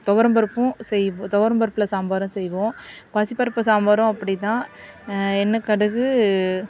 துவரம் பருப்பும் செய் துவரம் பருப்பில் சாம்பாரும் செய்வோம் பாசிப்பருப்பில் சாம்பாரும் அப்படிதான் எண்ணெய் கடுகு